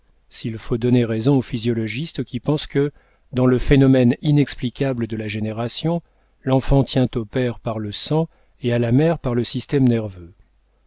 s'il faut donner raison aux physiologistes qui pensent que dans le phénomène inexplicable de la génération l'enfant tient au père par le sang et à la mère par le système nerveux